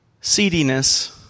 seediness